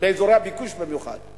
באזורי הביקוש במיוחד.